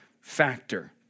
factor